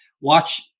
watch